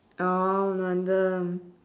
oh no wonder